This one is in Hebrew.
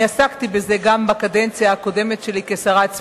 אני עסקתי בזה גם בקדנציה הקודמת שלי כשרת הספורט.